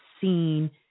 seen